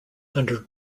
under